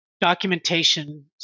documentation